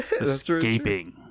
Escaping